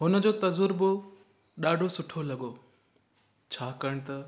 हुनजो तज़ुर्बो ॾाढो सुठो लॻो छाकाणि त